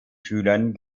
schülern